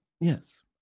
Yes